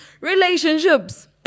relationships